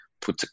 put